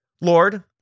Lord